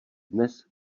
dnes